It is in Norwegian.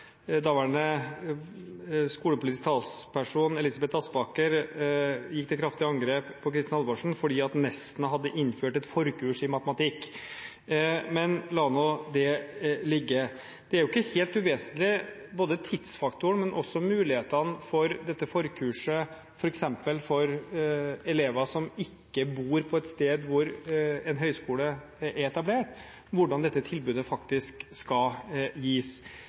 daværende skolepolitisk talsperson, Elisabeth Aspaker, gikk til kraftig angrep på Kristin Halvorsen fordi Nesna hadde innført et forkurs i matematikk. Men la nå det ligge. Det er ikke helt uvesentlig, verken tidsfaktoren eller muligheten for dette forkurset f.eks. for elever som ikke bor på et sted hvor en høyskole er etablert, hvordan dette tilbudet faktisk skal gis.